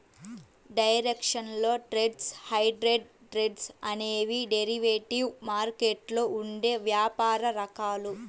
directional trades, hedged trades అనేవి derivative మార్కెట్లో ఉండే వ్యాపార రకాలు